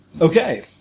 Okay